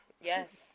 Yes